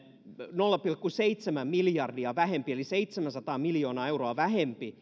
nolla pilkku seitsemän miljardia eli seitsemänsataa miljoonaa euroa vähemmän